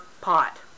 pot